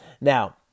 Now